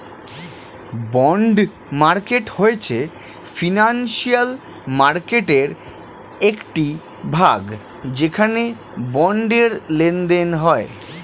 bond market হয়েছে financial মার্কেটয়ের একটি ভাগ যেখানে বন্ডের লেনদেন হয়